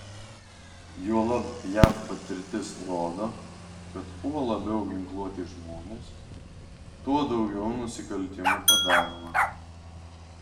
juolab jav patirtis rodo kad kuo labiau ginkluoti žmonės tuo daugiau nusikaltimų padaroma